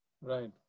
Right